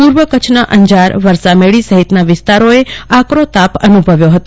પુર્વ કચ્છના અંજાર વરસામેડી સહિતના વિસ્તારોએ આકરો તાપ અનુભવ્યો હતો